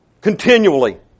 Continually